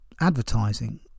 advertising